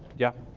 yeah.